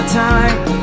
time